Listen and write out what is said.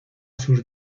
sus